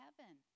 heaven